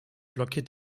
blockiert